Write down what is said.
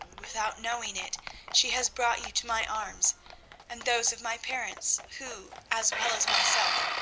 without knowing it she has brought you to my arms and those of my parents, who, as well as myself,